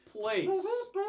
place